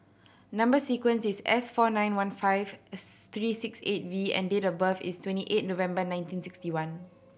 number sequence is S four nine one five three six eight V and date of birth is twenty eight November nineteen sixty one